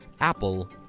Apple